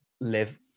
live